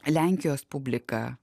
lenkijos publika